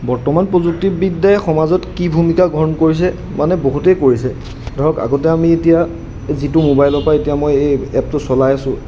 বৰ্তমান প্ৰযুক্তিবিদ্যাই সমাজত কি ভূমিকা গ্ৰহণ কৰিছে মানে বহুতেই কৰিছে ধৰক আগতে আমি এতিয়া যিটো মোবাইলৰ পৰা এতিয়া মই এই এপটো চলাই আছোঁ